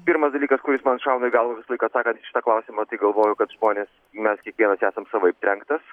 pirmas dalykas kuris man šauna į galvą visą laiką atsakant į šitą klausimą tai galvoju kad žmonės mes kiekvienas esam savaip trenktas